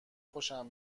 خوشم